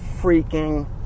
freaking